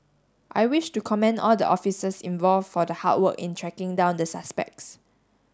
I wish to commend all the officers involve for the hard work in tracking down the suspects